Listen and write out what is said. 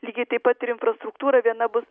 lygiai taip pat ir infrastruktūra viena bus